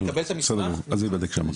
בסדר גמור, אז זה ייבדק שם.